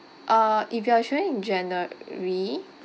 uh if you are travelling in january